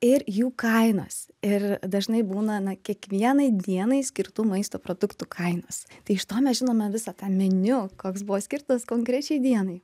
ir jų kainos ir dažnai būna na kiekvienai dienai skirtų maisto produktų kainos tai iš to mes žinome visą tą meniu koks buvo skirtas konkrečiai dienai